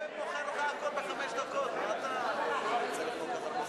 לוועדה לקידום מעמד האשה.